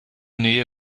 nähe